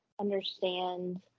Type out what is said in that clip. understand